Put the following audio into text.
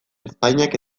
ezpainak